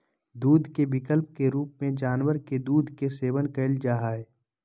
दूध के विकल्प के रूप में जानवर के दूध के सेवन कइल जा हइ